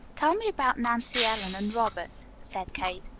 tell me about nancy ellen and robert, said kate.